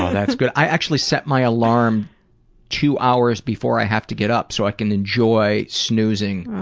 that's good, i actually set my alarm two hours before i have to get up so i can enjoy snoozing.